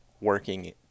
working